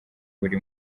buri